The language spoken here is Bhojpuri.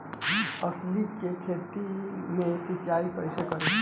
अलसी के खेती मे सिचाई कइसे करी?